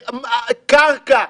קרקע.